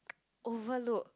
overlook